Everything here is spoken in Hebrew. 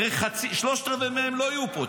הרי שלושת רבעי מהם לא יהיו פה,